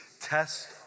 Test